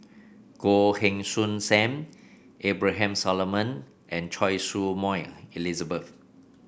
Goh Heng Soon Sam Abraham Solomon and Choy Su Moi Elizabeth